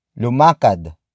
Lumakad